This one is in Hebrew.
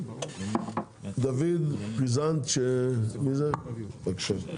דוד פריזנד, בבקשה.